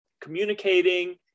communicating